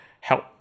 help